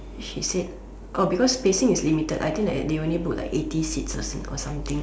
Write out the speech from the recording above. she said because spacing is limited I think they only book like eighty seats or something